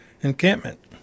encampment